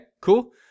Cool